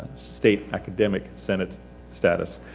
state academic senate status.